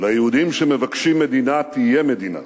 "ליהודים שמבקשים מדינה תהיה מדינה.